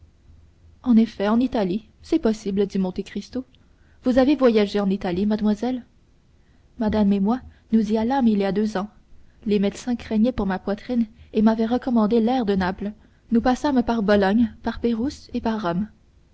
en effet en italie c'est possible dit monte cristo vous avez voyagé en italie mademoiselle madame et moi nous y allâmes il y a deux ans les médecins craignaient pour ma poitrine et m'avaient recommandé l'air de naples nous passâmes par bologne par pérouse et par